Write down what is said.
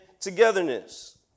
togetherness